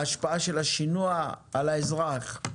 ההשפעה של השינוע על האזרח.